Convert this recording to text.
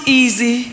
easy